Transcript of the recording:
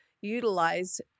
utilize